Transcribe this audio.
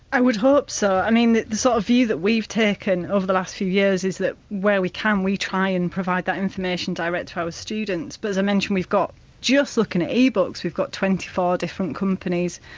i would hope so, i mean the sort of view that we've taken, over the last few years, is that where we can we try and provide that information direct to our students. but as i mentioned, we've got just looking at ebooks we've got twenty four different companies.